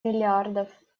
миллиардов